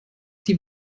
die